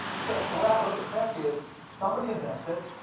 because the way i look at tech is somebody invents it,